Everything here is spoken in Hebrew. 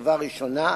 קרבה ראשונה,